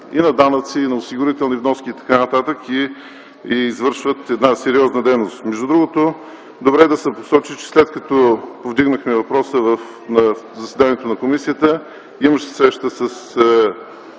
и на данъци, и на осигурителни вноски, и извършват сериозна дейност. Между другото е добре да се посочи, че след като повдигнахме въпроса на заседанието на комисията, имаше среща на